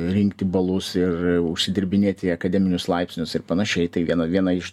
rinkti balus ir užsidirbinėti akademinius laipsnius ir panašiai tai viena viena iš